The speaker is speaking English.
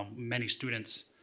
um many students,